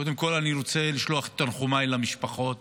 קודם כול אני רוצה לשלוח את תנחומיי למשפחות